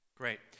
Great